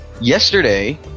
Yesterday